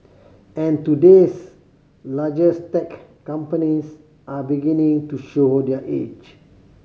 and today's largest tech companies are beginning to show their age